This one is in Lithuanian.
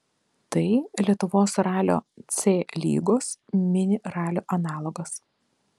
tai lietuvos ralio c lygos mini ralio analogas